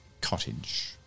cottage